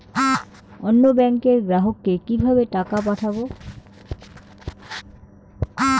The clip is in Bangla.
অন্য ব্যাংকের গ্রাহককে কিভাবে টাকা পাঠাবো?